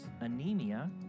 anemia